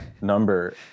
number